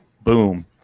Boom